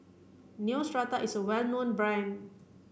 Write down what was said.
Neostrata is a well known brand